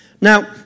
Now